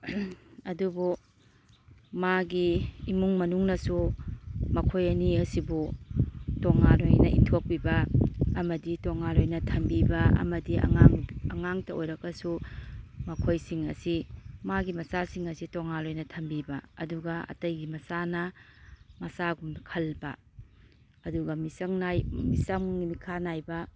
ꯑꯗꯨꯕꯨ ꯃꯥꯒꯤ ꯏꯃꯨꯡ ꯃꯅꯨꯡꯅꯁꯨ ꯃꯈꯣꯏ ꯑꯅꯤ ꯑꯁꯤꯕꯨ ꯇꯣꯉꯥꯟ ꯑꯣꯏꯅ ꯏꯟꯊꯣꯛꯄꯤꯕ ꯑꯃꯗꯤ ꯇꯣꯉꯥꯟ ꯑꯣꯏꯅ ꯊꯝꯕꯤꯕ ꯑꯃꯗꯤ ꯑꯉꯥꯡꯇ ꯑꯣꯏꯔꯒꯁꯨ ꯃꯈꯣꯏꯁꯤꯡ ꯑꯁꯤ ꯃꯥꯒꯤ ꯃꯆꯥꯁꯤꯡ ꯑꯁꯤ ꯇꯣꯉꯥꯟ ꯑꯣꯏꯅ ꯊꯝꯕꯤꯕ ꯑꯗꯨꯒ ꯑꯩꯇꯩꯒꯤ ꯃꯆꯥꯅ ꯃꯆꯥꯒꯨꯝꯅ ꯈꯟꯕ ꯑꯗꯨꯒ ꯃꯤꯆꯪ ꯃꯤꯈꯥ ꯅꯥꯏꯕ